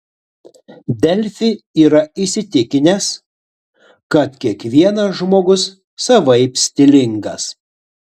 delfi yra įsitikinęs kad kiekvienas žmogus savaip stilingas